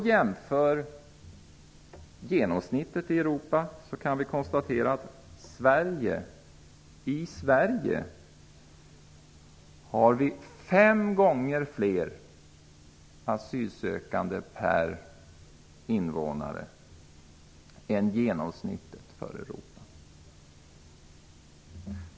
I Sverige har vi fem gånger fler asylsökande per invånare än vad som är genomsnittet för Europa.